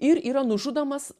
ir yra nužudomas